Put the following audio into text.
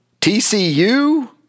TCU